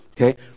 okay